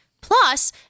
Plus